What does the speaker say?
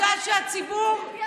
חברים, אני רוצה שהציבור הצופה,